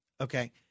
okay